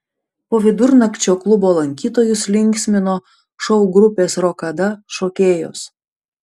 po vidurnakčio klubo lankytojus linksmino šou grupės rokada šokėjos